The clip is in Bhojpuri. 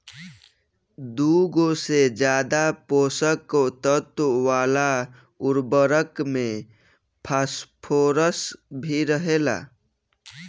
दुगो से ज्यादा पोषक तत्व वाला उर्वरक में फॉस्फोरस भी रहेला